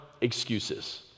excuses